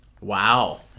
Wow